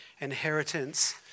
inheritance